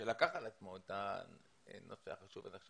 שלקח על עצמו את הנושא החשוב הזה,